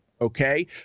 okay